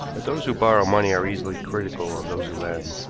but those who borrow money are easily critical of those who lend,